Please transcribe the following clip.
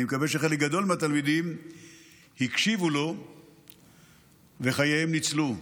אני מקווה שחלק גדול מהתלמידים הקשיבו לו וחייהם ניצלו.